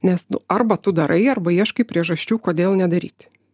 nes nu arba tu darai arba ieškai priežasčių kodėl nedaryti